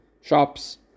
shops